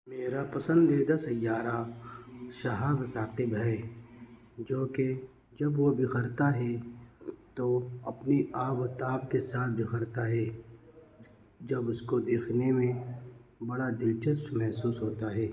میرا پسندیدہ سیارہ شہاب ثاقب ہے جو کہ جب وہ بکھرتا ہے تو اپنی آب و تاب کے ساتھ بکھرتا ہے جب اس کو دیکھنے میں بڑا دلچسپ محسوس ہوتا ہے